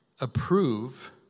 approve